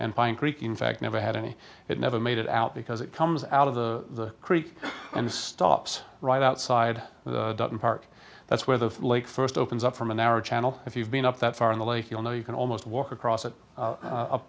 and pine creek in fact never had any it never made it out because it comes out of the creek and stops right outside the park that's where the lake first opens up from a narrow channel if you've been up that far in the lake you'll know you can almost walk across it